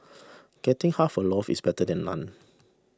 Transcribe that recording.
getting half a loaf is better than none